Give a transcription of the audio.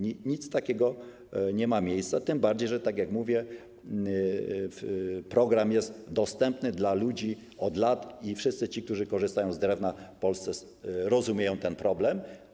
Nic takiego nie ma miejsca, tym bardziej że - tak jak mówię - program jest dostępny dla ludzi od lat i wszyscy ci, którzy korzystają z drewna w Polsce, rozumieją ten problem.